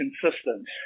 consistent